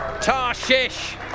Tarshish